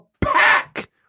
pack